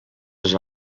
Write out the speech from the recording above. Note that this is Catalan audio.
les